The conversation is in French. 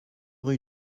rue